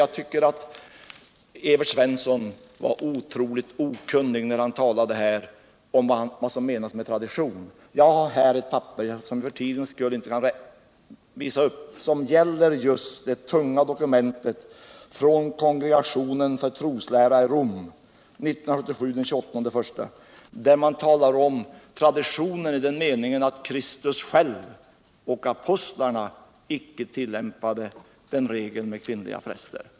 Jag tycker att Evert Svensson visade att han var otroligt okunnig när han talade om vad som menas med tradition. Jag har med mig ett papper - som jag dock för den knappa tidens skull inte kan läsa upp - vilket gäller just det tunga dokument från kongregationen för troslära i Rom den 28 januari 1977, där man talar om traditioner i den meningen att Kristus själv och apostlarna icke tillämpade regeln med kvinnliga präster.